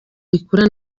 rikura